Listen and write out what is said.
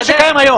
מה שקיים היום.